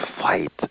fight